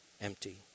empty